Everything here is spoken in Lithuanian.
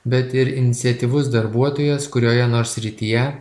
bet ir iniciatyvus darbuotojas kurioje nors srityje